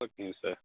ஓகேங்க சார்